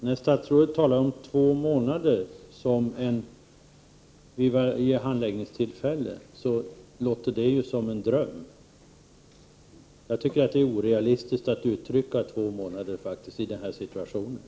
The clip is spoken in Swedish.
Herr talman! När statsrådet talar om två månader vid varje handläggnings 20 oktober 1988 tillfälle låter det som en dröm. Jag tycker faktiskt det är orealistiskt att Meddalande om uttrycka sig så i den här situationen.